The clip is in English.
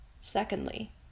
Secondly